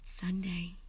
Sunday